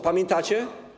Pamiętacie?